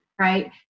right